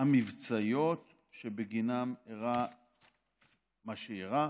המבצעיות שבגינן אירע מה שאירע.